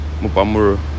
Mupamuro